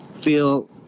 feel